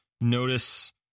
notice